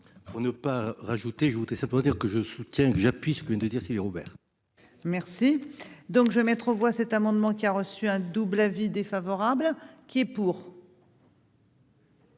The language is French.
pour ne pas rajouter je voudrais ça pour dire que je soutiens que j'appuie ce que vient de dire si les Robert. Merci donc je mettre aux voix cet amendement qui a reçu un double avis défavorable qui est pour.